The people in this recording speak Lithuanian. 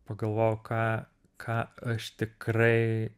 pagalvojau ką ką aš tikrai